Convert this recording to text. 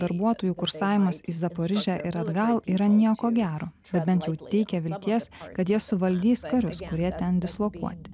darbuotojų kursavimas į zaporožę ir atgal yra nieko gero bet bent jau teikia vilties kad jie suvaldys karius kurie ten dislokuoti